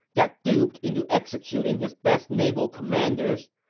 got duped into executing his best naval commanders,